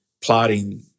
plotting